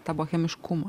tą bohemiškumą